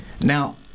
now